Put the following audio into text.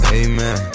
amen